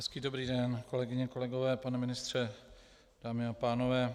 Hezký dobrý den, kolegyně a kolegové, pane ministře, dámy a pánové.